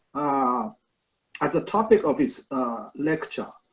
ah as a topic of his lecture,